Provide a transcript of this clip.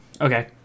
Okay